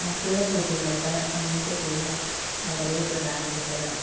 മറ്റുള്ള പൂജകളെക്കാൾ അന്നത്തെ പൂജ വളരെ പ്രധാനപ്പെട്ടതാണ്